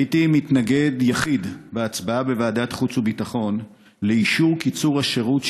הייתי מתנגד יחיד בהצבעה בוועדת החוץ והביטחון לאישור קיצור השירות,